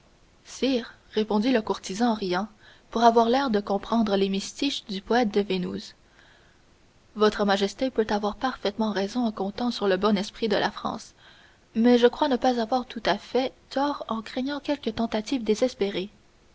sire répondit le courtisan en riant pour avoir l'air de comprendre l'hémistiche du poète de vénouse votre majesté peut avoir parfaitement raison en comptant sur le bon esprit de la france mais je crois ne pas avoir tout à fait tort en craignant quelque tentative désespérée